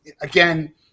again